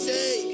Say